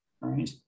right